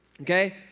Okay